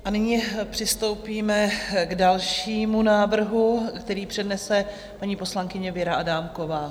A nyní přistoupíme k dalšímu návrhu, který přednese paní poslankyně Věra Adámková...